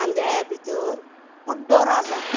आंदळ्यां भितर कुड्डो राजा